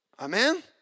Amen